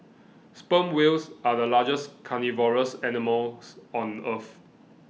sperm whales are the largest carnivorous animals on earth